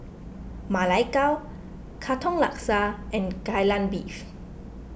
Ma Lai Gao Katong Laksa and Kai Lan Beef